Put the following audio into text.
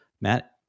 Matt